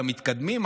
למתקדמים,